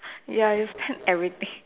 ya you'll spend everything